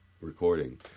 recording